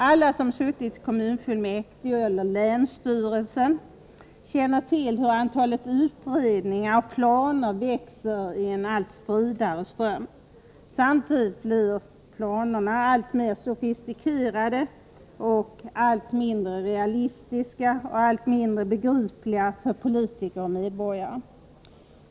Alla som suttit i kommunfullmäktige eller länsstyrelse känner till hur antalet utredningar och planer växer — 1985 års folkoch i en allt stridare ström. Samtidigt blir planerna alltmer sofistikerade och allt mindre realistiska och begripliga för politiker och medborgare.